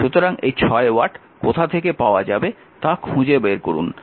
সুতরাং এই 6 ওয়াট কোথা থেকে পাওয়া যাবে তা খুঁজে বের করুন